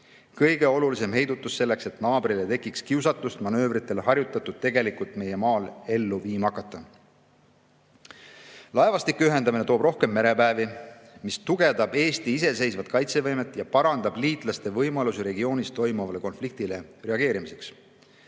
Kõige olulisem on heidutus, selleks et naabril ei tekiks kiusatust manöövritel harjutatut meie maal tegelikult ellu viima hakata. Laevastike ühendamine toob rohkem merepäevi, mis tugevdab Eesti iseseisvat kaitsevõimet ja parandab liitlaste võimalusi regioonis toimuvale konfliktile reageerimiseks.